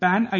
pan I